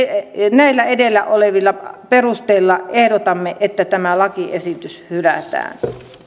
näillä edellä olevilla perusteilla ehdotamme että tämä lakiesitys hylätään